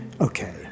Okay